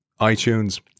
iTunes